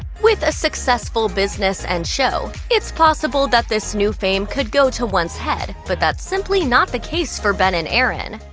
with a successful business and show, it's possible that this new fame could go to one's head, but that's simply not the case for ben and erin.